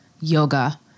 yoga